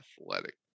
athletic